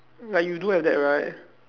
like you do have that right